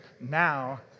Now